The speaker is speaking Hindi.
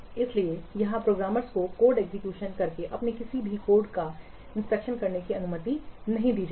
इसलिए यहां प्रोग्रामर्स को कोड एग्जीक्यूशन करके अपने किसी भी कोड का परीक्षण करने की अनुमति नहीं दी जाएगी